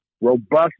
robust